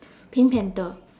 pink panther